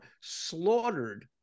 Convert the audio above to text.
slaughtered